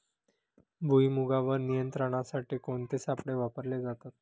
भुईमुगावर नियंत्रणासाठी कोणते सापळे वापरले जातात?